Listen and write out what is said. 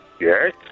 Yes